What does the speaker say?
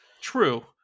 True